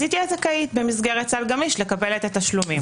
אז היא תהיה זכאית במסגרת סל גמיש לקבל את התשלומים.